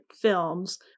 films